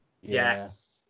Yes